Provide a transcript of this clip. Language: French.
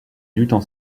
luttent